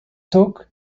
talk